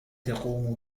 تقوم